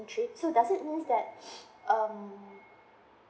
trip so does it mean that um